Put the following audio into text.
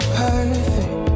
perfect